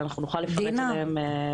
ואנחנו נוכל לפרט אותן.